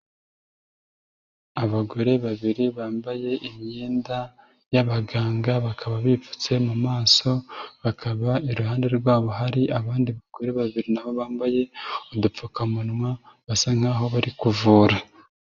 Abagore babiri bambaye imyenda y'abaganga, bakaba bipfutse mu maso, bakaba iruhande rwabo hari abandi bagore babiri na bo bambaye udupfukamunwa, basa nkaho bari kuvura.